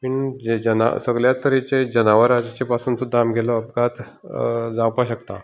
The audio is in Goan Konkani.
पूण जे सगळ्या तरेचे जनावर आसचें पसून सुद्दां आमगेलो अपघात जावपा शकता